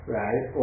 right